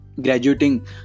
graduating